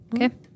Okay